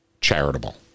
charitable